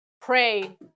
pray